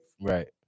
Right